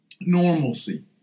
normalcy